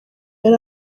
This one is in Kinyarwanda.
yari